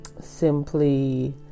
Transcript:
simply